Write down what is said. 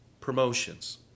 promotions